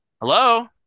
Hello